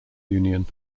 union